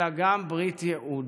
אלא גם ברית ייעוד: